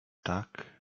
tak